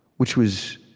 which was,